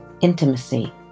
intimacy